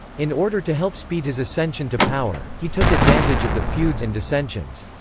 in order to help speed his ascension to power, he took advantage of the feuds and dissensions.